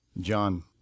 John